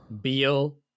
Beal